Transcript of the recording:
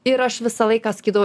ir aš visą laiką sakydavau